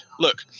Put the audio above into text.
Look